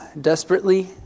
desperately